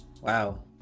wow